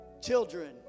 Children